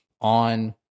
on